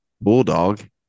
bulldog